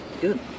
good